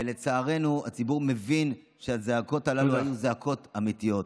ולצערנו הציבור מבין שהזעקות הללו היו זעקות אמיתיות.